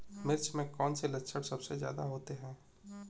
मिर्च में कौन से लक्षण सबसे ज्यादा होते हैं?